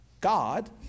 God